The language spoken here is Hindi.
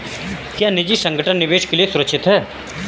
क्या निजी संगठन निवेश के लिए सुरक्षित हैं?